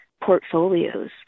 portfolios